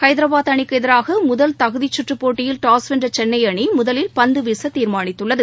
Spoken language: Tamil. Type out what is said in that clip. ஹைதராபாத் அணிக்கு எதிராக முதல் தகுதிச் சுற்றுப் போட்டியில் டாஸ் வென்ற சென்னை அணி முதலில் பந்து வீச தீர்மானித்துள்ளது